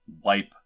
wipe